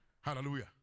Hallelujah